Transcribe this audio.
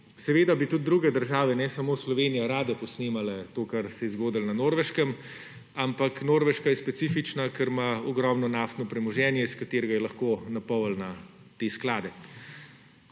Seveda bi tudi druge države, ne samo Slovenija, rade posnemale to, kar se je zgodilo na Norveškem, ampak Norveška je specifična, ker ima ogromno naftno premoženje, s katerim je lahko napolnila te sklade.